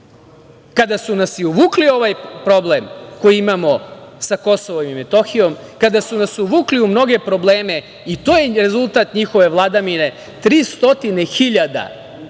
kada su nas i uvukli u ovaj problem koji imamo sa Kosovom i Metohijom, kada su nas uvukli u mnoge probleme. To je rezultat njihove vladavine, 300.000